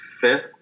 fifth